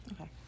Okay